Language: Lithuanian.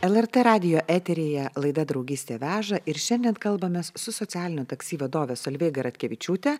lrt radijo eteryje laida draugystė veža ir šiandien kalbamės su socialinio taksi vadove solveiga ratkevičiūte